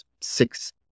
six